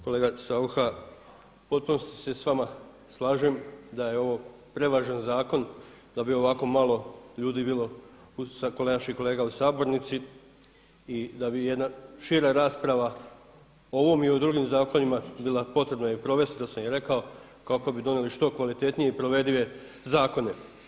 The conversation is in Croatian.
Kolega Saucha, u potpunosti se s vama slažem da je ovo prevažan zakon da bi ovako malo ljudi bilo … naših kolega u sabornici i da bi jedna šira rasprava o ovom i u drugim zakonima bila potrebna i provesti, to sam i rekao kako bi donijeli što kvalitetnije i provedive zakone.